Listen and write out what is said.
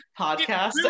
podcast